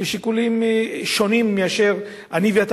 כשיקולים שונים מאשר שלי ושלך.